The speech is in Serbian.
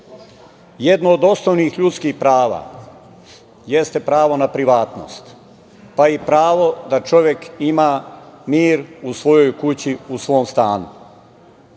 od osnovnih ljudskih prava, jeste pravo na privatnost, pa i pravo da čovek ima mir u svojoj kući, u svom stanu,